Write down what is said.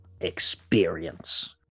experience